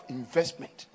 investment